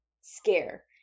scare